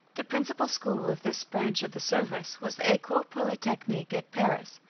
the principal school of this branch of the service was the ecole polytechnique, at paris,